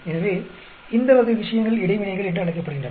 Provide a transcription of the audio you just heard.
எனவே இந்த வகை விஷயங்கள் இடைவினைகள் என்று அழைக்கப்படுகின்றன